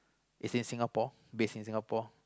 is in Singapore base in Singapore